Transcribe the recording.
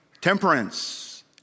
Temperance